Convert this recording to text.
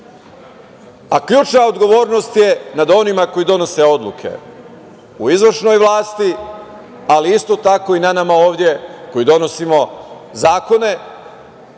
Ključna odgovornost je na onima koji donose odluke u izvršnoj vlasti, ali isto tako i na nama ovde koji donosimo zakone